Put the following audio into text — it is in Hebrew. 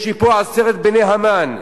יש לי פה עשרת בני המן: